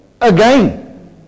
again